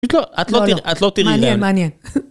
את לא, את לא תראי להם. -מעניין, מעניין.